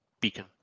Beacon